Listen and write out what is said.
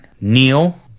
Neil